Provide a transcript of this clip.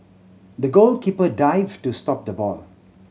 the goalkeeper dived to stop the ball